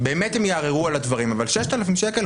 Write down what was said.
באמת הם יערערו על הדברים אבל 6,000 שקל?